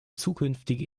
zukünftige